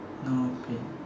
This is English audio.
no pay